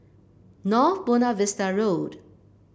North Buona Vista Road